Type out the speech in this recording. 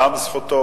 גם זכותו,